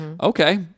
okay